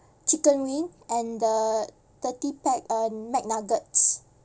chicken wing and the thirty pack uh McNuggets